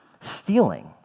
stealing